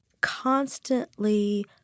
constantly